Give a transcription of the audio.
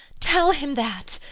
tell him that!